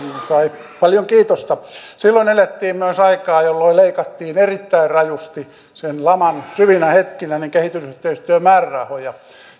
ja sai paljon kiitosta silloin elettiin myös aikaa jolloin leikattiin erittäin rajusti sen laman syvinä hetkinä kehitysyhteistyömäärärahoja